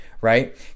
right